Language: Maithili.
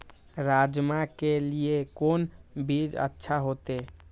राजमा के लिए कोन बीज अच्छा होते?